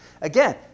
Again